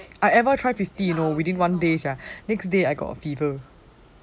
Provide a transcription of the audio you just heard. I ever try fifty within one day sia the next day I got a fever